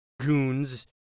goons